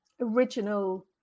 original